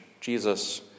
Jesus